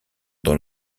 dans